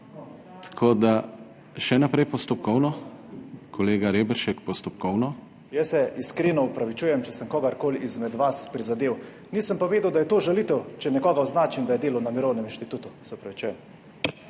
Tako da še naprej postopkovno, kolega Reberšek, postopkovno. ALEKSANDER REBERŠEK (PS NSi): Jaz se iskreno opravičujem, če sem kogarkoli izmed vas prizadel. Nisem pa vedel, da je to žalitev, če nekoga označim, da je delal na Mirovnem inštitutu.